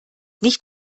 nicht